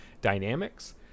dynamics